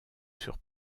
sur